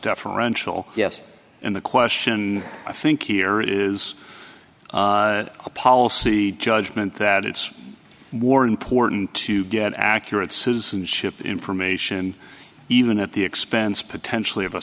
deferential yes and the question i think here is a policy judgment that it's more important to get accurate says and ship information even at the expense potentially of a